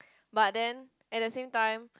but then at the same time